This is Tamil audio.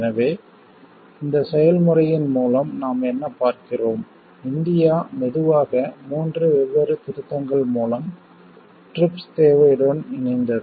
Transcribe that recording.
எனவே இந்த செயல்முறையின் மூலம் நாம் என்ன பார்க்கிறோம் இந்தியா மெதுவாக மூன்று வெவ்வேறு திருத்தங்கள் மூலம் TRIPS தேவையுடன் இணைந்தது